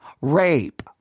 rape